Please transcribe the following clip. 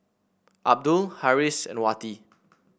Abdul Harris and Wati